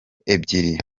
ebyiri